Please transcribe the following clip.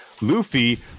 Luffy